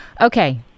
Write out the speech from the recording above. Okay